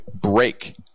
break